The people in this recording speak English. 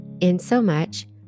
insomuch